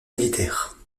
militaire